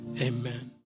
amen